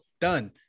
done